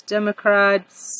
Democrats